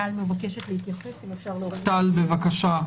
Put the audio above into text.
טל, בבקשה.